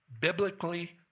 biblically